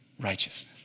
righteousness